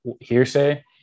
hearsay